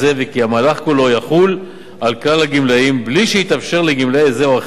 וכי המהלך כולו יחול על כלל הגמלאים בלי שיתאפשר לגמלאי זה או אחר